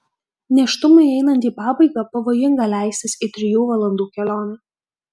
nėštumui einant į pabaigą pavojinga leistis į trijų valandų kelionę